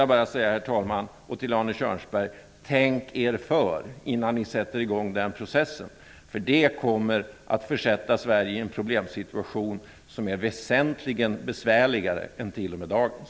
Jag vill till Arne Kjörnsberg och Socialdemokraterna säga: Tänk er för innan ni sätter igång den processen! Det kommer att försätta Sverige i en problemsituation som är väsentligt besvärligare än t.o.m. dagens.